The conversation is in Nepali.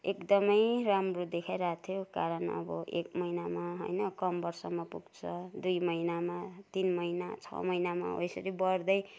एकदमै राम्रो देखाइ रहेको थियो कारण अब एक महिनामा होइन कम्मरसम्म पुग्छ दुई महिनामा तिन महिना छ महिनामा हो यसरी बढ्दै